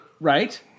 right